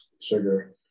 sugar